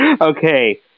Okay